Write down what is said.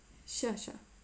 sure sure